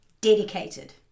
dedicated